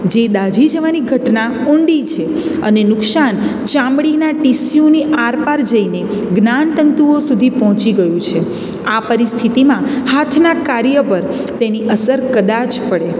જે દાજી જવાની ઘટના ઊંડી છે અને નુકશાન ચામડીના ટીસ્યુની આરપાર જઈને જ્ઞાનતંતુઓ સુધી પહોંચી ગયું છે આ પરિસ્થિતિમાં હાથના કાર્ય પર તેની અસર કદાચ પડે